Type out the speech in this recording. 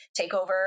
takeover